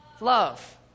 Love